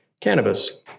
Cannabis